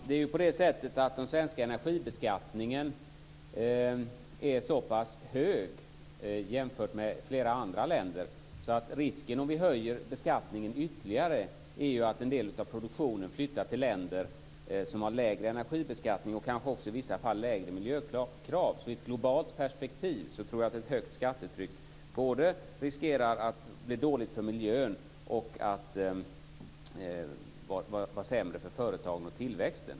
Fru talman! Den svenska energibeskattningen är så pass hög jämfört med flera andra länder att risken om beskattningen höjs ytterligare är att produktionen flyttar till länder som har lägre energibeskattning och kanske i vissa fall lägre miljökrav. I ett globalt perspektiv riskerar ett högt skattetryck att bli dåligt för miljön och att vara sämre för företagen och tillväxten.